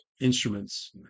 instruments